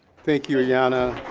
thank you, aiyana.